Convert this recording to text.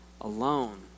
alone